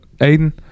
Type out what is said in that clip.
Aiden